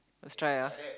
let's try lah